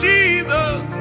Jesus